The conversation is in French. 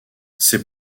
ses